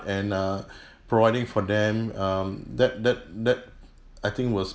and err providing for them um that that that I think was